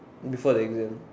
then before the exam